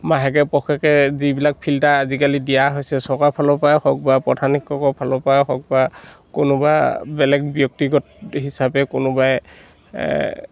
মাহেকে পষেকে যিবিলাক ফিল্টাৰ আজিকালি দিয়া হৈছে চৰকাৰৰ ফালৰ পৰাই হওঁক বা প্ৰধান শিক্ষকৰ ফালৰ পৰাই হওঁক বা কোনোবা বেলেগ ব্যক্তিগত হিচাপে কোনোবাই